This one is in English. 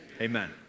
Amen